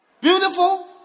Beautiful